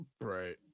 right